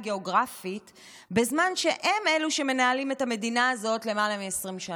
והגיאוגרפית בזמן שהם אלה שמנהלים את המדינה הזאת למעלה מ-20 שנה.